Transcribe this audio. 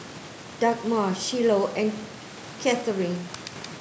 Dagmar Shiloh and Katheryn